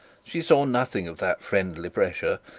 she saw nothing of that friendly pressure,